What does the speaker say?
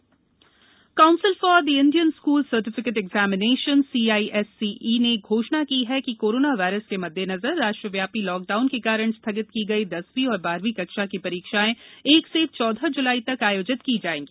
CISCE board परीक्षाएं council for the Indian school certificate examinations CISCE ने घोषणा की है कि कोरोना वायरस के मद्देनजर राष्ट्रव्यापी लॉकडाउन के कारण स्थगित की गयीं दसवीं और बारहवीं कक्षा की परीक्षाएं एक से चौदह ज्लाई तक आयोजित की जायेंगी